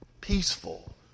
peaceful